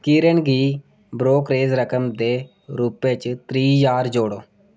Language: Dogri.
किरण गी ब्रोकरेज रकम दे रूपै च त्रीह् ज्हार जोड़ो